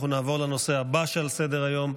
אנחנו נעבור לנושא הבא שעל סדר-היום,